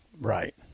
Right